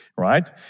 right